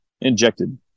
injected